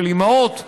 של אימהות,